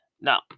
now